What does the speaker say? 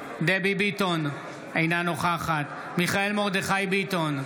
ביטון, אינה נוכחת מיכאל מרדכי ביטון,